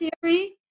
theory